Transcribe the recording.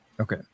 Okay